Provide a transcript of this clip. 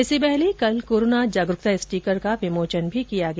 इससे पहले कल कोरोना जागरूकता स्टीकर का विमोचन किया गया